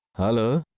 hello!